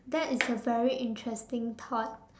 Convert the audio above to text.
that is a very interesting thought